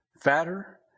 fatter